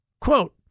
Quote